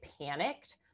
panicked